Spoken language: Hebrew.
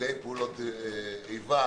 נפגעי פעולות איבה,